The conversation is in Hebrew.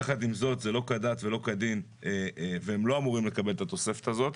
יחד עם זאת זה לא כדת ולא כדין והם לא אמורים לקבל את התוספת הזאת.